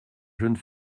jeune